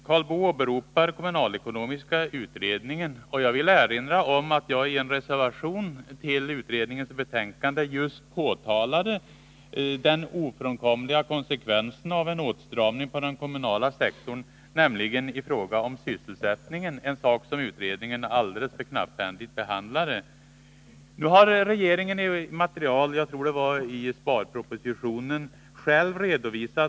Karl Boo åberopar den kommunalekonomiska utredningen, och jag vill erinra om att jag i en reservation till utredningens betänkande bl.a. påtalade den ofrånkomliga konsekvensen av en åtstramning på den kommunala sektorn beträffande sysselsättningen. Det var en fråga som utredningen behandlade alldeles för knapphändigt. Nu har regeringen - jag tror det var i sparpropositionen — själv redovisat att.